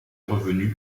revenus